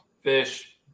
fish